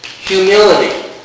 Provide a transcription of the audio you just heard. humility